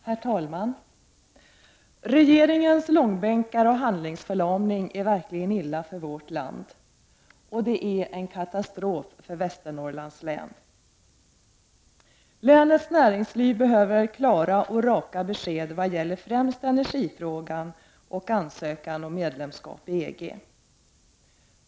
Herr talman! Regeringens långbänkar och handlingsförlamning är verkligen illa för vårt land, och det är en katastrof för Västernorrlands län. Länets näringsliv behöver klara och raka besked vad gäller främst energifrågan och ansökan om medlemskap i EG.